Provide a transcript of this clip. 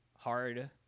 hard